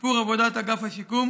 שיפור עבודת אגף השיקום,